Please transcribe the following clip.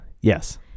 Yes